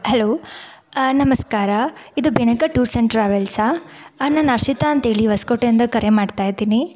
hello ನಮಸ್ಕಾರ ಇದು Benaka tours and ಟ್ರಾವೆಲ್ಸಾ ಆಂ ನಾನು ಅರ್ಷಿತಾ ಅಂತೇಳಿ ಹೊಸ್ಕೋಟೆಯಿಂದ ಕರೆ ಮಾಡ್ತಾಯಿದ್ದೀನಿ